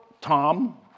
Tom